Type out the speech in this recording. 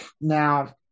Now